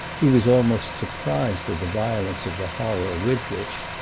he was almost surprised at the violence of the horror with which,